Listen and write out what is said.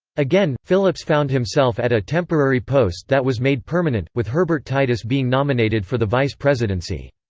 again, phillips found himself at a temporary post that was made permanent, with herbert titus being nominated for the vice presidency.